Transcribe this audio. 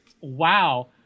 Wow